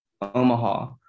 Omaha